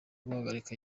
guhagarika